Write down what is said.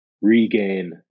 Regain